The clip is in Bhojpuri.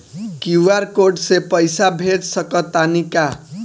क्यू.आर कोड से पईसा भेज सक तानी का?